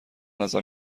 ازم